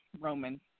Roman